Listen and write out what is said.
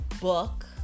book